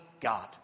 God